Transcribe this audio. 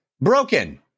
broken